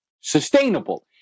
sustainable